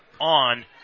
on